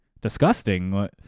disgusting